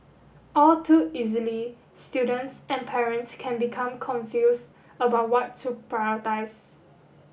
all too easily students and parents can become confused about what to